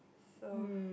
so